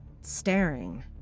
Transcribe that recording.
staring